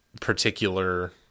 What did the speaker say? particular